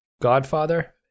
godfather